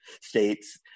states